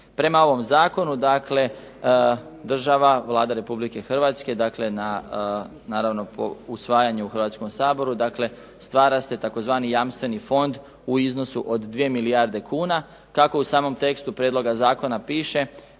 Prema ovom zakonu država, Vlada Republike Hrvatske naravno po usvajanju u Hrvatskom saboru, stvara se tzv. jamstveni fond u iznosu od 2 milijarde kuna, kako u samom tekstu prijedloga zakona piše